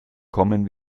kommen